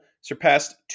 surpassed